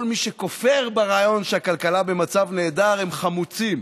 מי שכופרים ברעיון שהכלכלה במצב נהדר הם חמוצים.